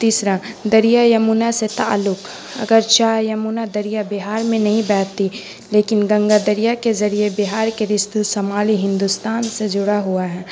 تیسرا دریائے یمنا سے تعلق اگرچہ یمنا دریا بہار میں نہیں بہتی لیکن گنگا دریا کے ذریعے بہار کے رشتے شمالی ہندوستان سے جڑا ہوا ہے